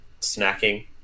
Snacking